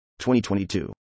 2022